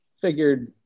figured